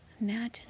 imagine